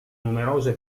numerose